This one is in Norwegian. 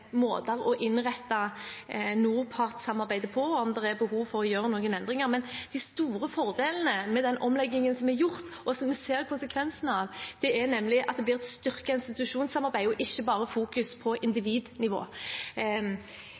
om det er behov for å gjøre noen endringer. Men de store fordelene med den omleggingen som er gjort, og som vi ser konsekvensene av, er at institusjonssamarbeidet blir styrket, og at det ikke bare blir fokusert på